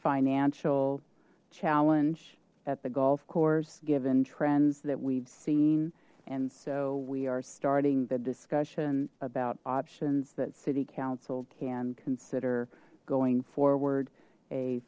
financial challenge at the golf course given trends that we've seen and so we are starting the discussion about options that city council can consider going forward a